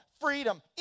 freedom